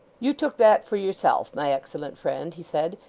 you took that for yourself my excellent friend he said,